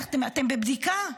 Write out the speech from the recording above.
אתם בבדיקה.